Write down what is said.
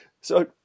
So-